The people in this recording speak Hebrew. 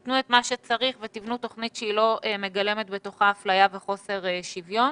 תנו את מה שצריך ותיבנו תוכנית שלא מגלמת בתוכה אפליה וחוסר שוויון.